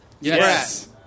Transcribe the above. Yes